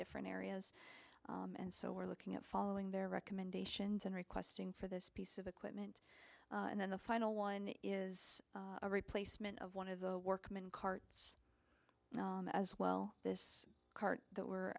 different areas and so we're looking at following their recommendations and requesting for this piece of equipment and then the final one is a replacement of one of the workman carts as well this cart that we're